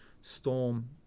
Storm